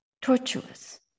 tortuous